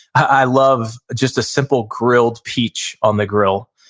i love just a simple grilled peach on the grill.